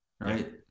right